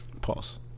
Pause